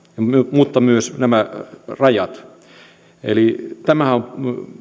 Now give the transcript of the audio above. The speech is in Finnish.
mutta myös nämä rajat eli tämähän on